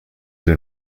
been